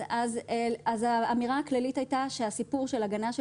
אז האמירה הכללית הייתה שהסיפור של הגנה של